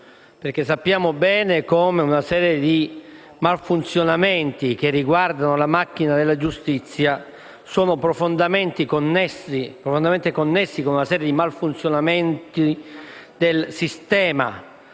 Sappiamo bene come una serie di malfunzionamenti che riguardano proprio la macchina della giustizia siano profondamente connessi con una serie di malfunzionamenti del sistema